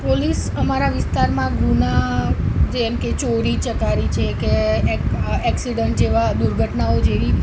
police અમારા વિસ્તારમાં ગુના જેમ કે ચોરી ચકારી છે કે એક એકસીડન્ટ જેવા દુર્ઘટનાઓ જેવી